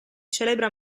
celebra